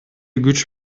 күч